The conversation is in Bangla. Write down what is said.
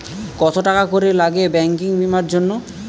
কত টাকা করে লাগে ব্যাঙ্কিং বিমার জন্য?